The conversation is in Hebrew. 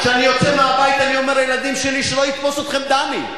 כשאני יוצא מהבית אני אומר לילדים שלי: שלא יתפוס אתכם דני.